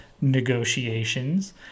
negotiations